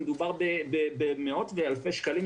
ומדובר במאות ואלפי שקלים,